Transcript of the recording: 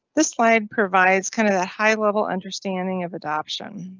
this slide provides kind of the high level understanding of adoption.